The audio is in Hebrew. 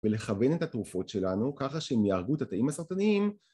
ולכוון את התרופות שלנו ככה שהם יהרגו את התאים הסרטניים